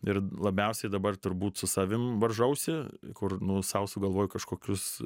ir labiausiai dabar turbūt su savim varžausi kur nu sau sugalvoju kažkokius